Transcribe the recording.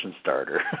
starter